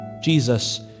Jesus